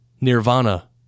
nirvana